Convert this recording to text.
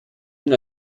ihn